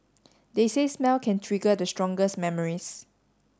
they say smell can trigger the strongest memories